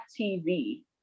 TV